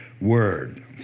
word